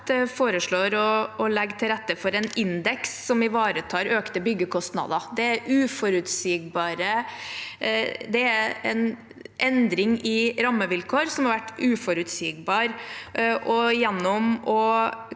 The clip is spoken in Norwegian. foreslår å legge til rette for en indeks som ivaretar økte byggekostnader. Det er en endring i rammevilkår som har vært uforutsigbar, og gjennom å